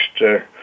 next